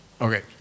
okay